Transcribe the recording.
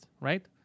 right